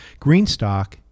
Greenstock